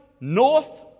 north